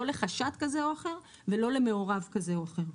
לא לחשד כזה או אחר ולא למעורב כזה או אחר.